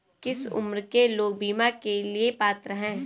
किस उम्र के लोग बीमा के लिए पात्र हैं?